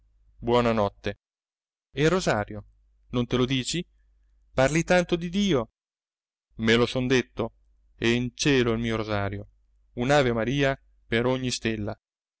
notte e il rosario non te lo dici parli tanto di dio me lo son detto è in cielo il mio rosario un'avemaria per ogni stella